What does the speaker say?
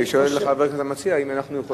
שואל חבר הכנסת המציע אם אנחנו יכולים,